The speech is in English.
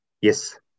Yes